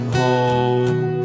home